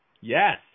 yes